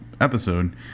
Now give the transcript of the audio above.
episode